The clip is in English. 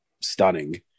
stunning